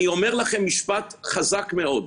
אני אומר לכם משפט חזק מאוד,